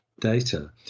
data